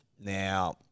Now